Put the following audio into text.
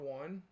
one